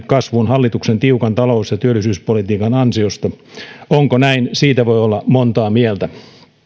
kasvuun hallituksen tiukan talous ja työllisyyspolitiikan ansiosta onko näin siitä voi olla montaa mieltä